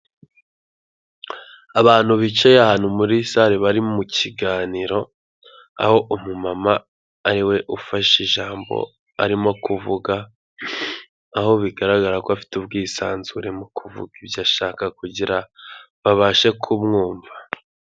Abantu bicaye ahantu muri sale bari mu kiganiro, aho umumama ari we ufashe ijambo arimo kuvuga, aho bigaragara ko afite ubwisanzure mu kuvuga ibyo ashaka kugira babashe kumwumva.